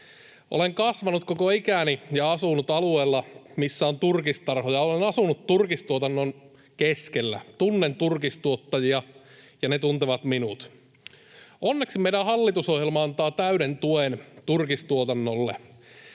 ja asunut koko ikäni alueella, missä on turkistarhoja. Olen asunut turkistuotannon keskellä. Tunnen turkistuottajia, ja he tuntevat minut. Onneksi meidän hallitusohjelma antaa täyden tuen turkistuotannolle.